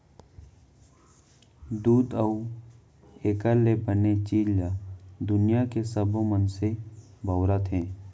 दूद अउ एकर ले बने चीज ल दुनियां के सबो मनसे बउरत हें